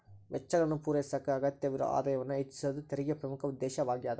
ವೆಚ್ಚಗಳನ್ನ ಪೂರೈಸಕ ಅಗತ್ಯವಿರೊ ಆದಾಯವನ್ನ ಹೆಚ್ಚಿಸೋದ ತೆರಿಗೆ ಪ್ರಮುಖ ಉದ್ದೇಶವಾಗ್ಯಾದ